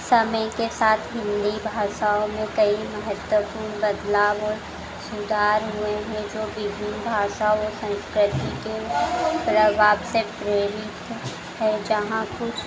समय के साथ हिन्दी भाषा में कई महत्वपूर्ण बदलाव और सुधार हुए हैं जो विभिन्न भाषा और सँस्कृति के प्रभाव से प्रेरित हैं जहाँ कुछ